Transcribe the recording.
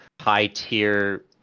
high-tier